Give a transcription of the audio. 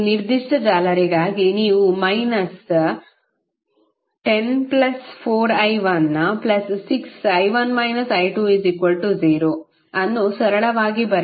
ಈ ನಿರ್ದಿಷ್ಟ ಜಾಲರಿಗಾಗಿ ನೀವು ಮೈನಸ್ 104i160 ಅನ್ನು ಸರಳವಾಗಿ ಬರೆಯುತ್ತೀರಿ